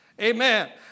Amen